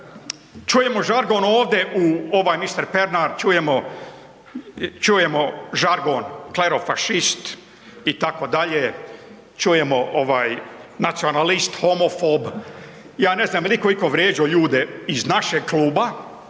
Čujemo žargon ovde u ovaj mister Pernar čujemo, čujemo žargon klerofašist itd., čujemo ovaj nacionalist, homofob. Ja ne znam je li iko iko vređo ljude iz našeg kluba